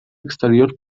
exterior